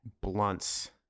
blunts